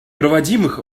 проводимых